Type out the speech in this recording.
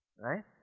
Right